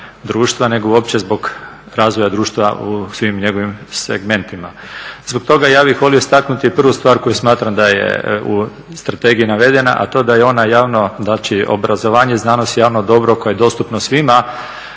nego uopće i zbog razvoja društva u svim njegovim segmentima. Zbog toga ja bih volio istaknuti prvu stvar koju smatram da je u strategiji navedena, a to je da je ona javno, znači obrazovanje i znanost je javno dobro koje je dostupno svima